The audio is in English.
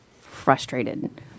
frustrated